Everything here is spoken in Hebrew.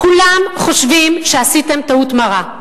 כולם חושבים שעשיתם טעות מרה.